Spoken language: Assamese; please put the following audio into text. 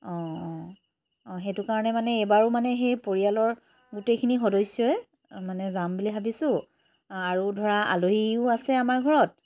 অঁ অঁ অঁ সেইটো কাৰণে মানে এইবাৰো মানে সেই পৰিয়ালৰ গোটেইখিনি সদস্যই মানে যাম বুলি ভাবিছো আৰু ধৰা আলহীও আছে আমাৰ ঘৰত